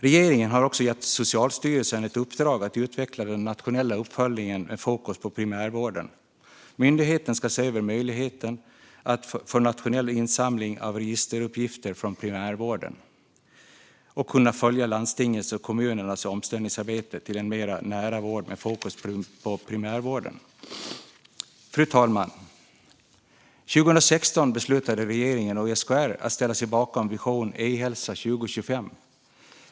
Regeringen har gett Socialstyrelsen ett uppdrag att utveckla den nationella uppföljningen med fokus på primärvården. Myndigheten ska se över möjligheten till nationell insamling av registeruppgifter från primärvården, och man ska kunna följa landstingens och kommunernas omställningsarbete till en mer nära vård med fokus på primärvården. Fru talman! År 2016 beslutade regeringen och SKR att man skulle ställa sig bakom Vision e-hälsa 2025.